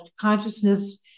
Consciousness